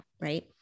Right